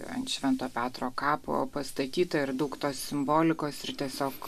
ant švento petro kapo pastatyta ir daug tos simbolikos ir tiesiog